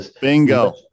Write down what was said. Bingo